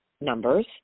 numbers